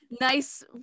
nice